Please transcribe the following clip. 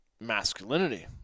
masculinity